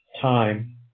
time